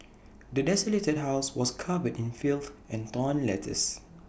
the desolated house was covered in filth and torn letters